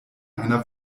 einer